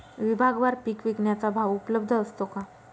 विभागवार पीक विकण्याचा भाव उपलब्ध असतो का?